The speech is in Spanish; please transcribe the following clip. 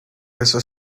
esas